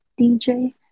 DJ